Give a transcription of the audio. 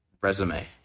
Resume